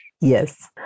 Yes